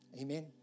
Amen